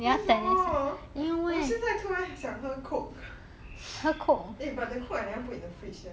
为什么我现在突然想喝 coke eh but the coke I never put in the fridge sia